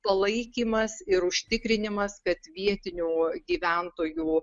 palaikymas ir užtikrinimas kad vietinių gyventojų